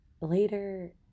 later